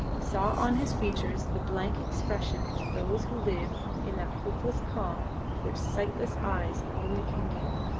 saw on his features the blank expression of those who live in that hopeless calm which sightless eyes only can give.